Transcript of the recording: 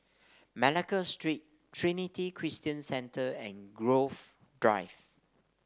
Malacca Street Trinity Christian Centre and Grove Drive